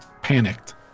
panicked